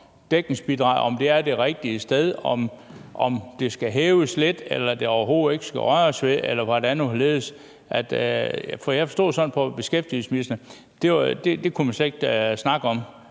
om det ligger det rigtige sted, om det skal hæves lidt, eller om der overhovedet ikke skal røres ved det, eller hvordan og hvorledes? For jeg forstod det sådan på beskæftigelsesministeren, at man slet ikke kunne snakke om